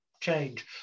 change